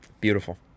Beautiful